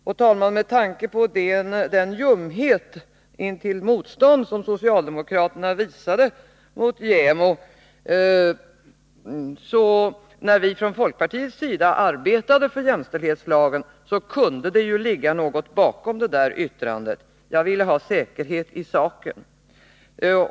Och, herr talman, med tanke på den ljumhet, nästan motstånd, som socialdemokraterna visade mot JämO när vi från folkpartiets sida arbetade för jämställdhetslagen kunde det ju ligga något bakom det där yttrandet. Jag ville ha säkerhet i saken.